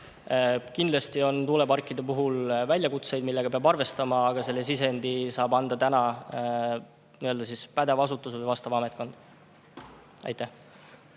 Kindlasti on tuuleparkide puhul väljakutseid, millega peab arvestama, aga selle sisendi saab anda pädev asutus või vastav ametkond. Kristina